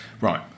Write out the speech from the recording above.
right